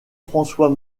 françois